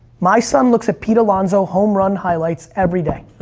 my son looks at pete alonso home run highlights every day.